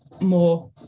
more